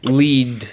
lead